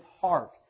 heart